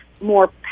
more